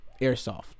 airsoft